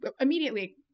immediately